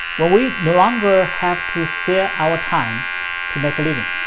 when we no longer have to sell our time to make a living,